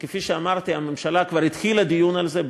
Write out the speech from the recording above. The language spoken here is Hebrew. וכפי שאמרתי, הממשלה כבר התחילה דיון על זה.